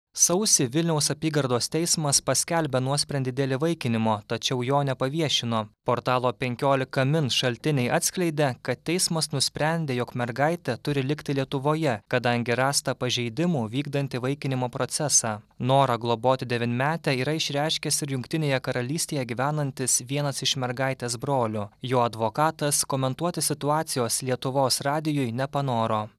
sausį vilniaus apygardos teismas paskelbė nuosprendį dėl įvaikinimo tačiau jo nepaviešino portalo penkiolika min šaltiniai atskleidė kad teismas nusprendė jog mergaitė turi likti lietuvoje kadangi rasta pažeidimų vykdant įvaikinimo procesą norą globoti devynmetę yra išreiškęs ir jungtinėje karalystėje gyvenantis vienas iš mergaitės brolių jo advokatas komentuoti situacijos lietuvos radijui nepanoro